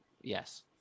yes